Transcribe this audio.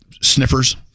sniffers